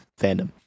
fandom